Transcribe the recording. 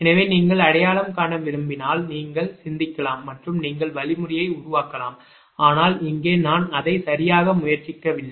எனவே நீங்கள் அடையாளம் காண விரும்பினால் நீங்கள் சிந்திக்கலாம் மற்றும் நீங்கள் வழிமுறையை உருவாக்கலாம் ஆனால் இங்கே நான் அதை சரியாக முயற்சிக்கவில்லை